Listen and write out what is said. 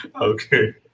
Okay